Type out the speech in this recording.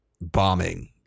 Bombing